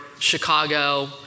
Chicago